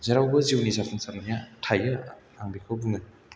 जेरावबो जिउनि जाफुंसारनाया थायो आं बेखौ बुङो